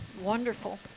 wonderful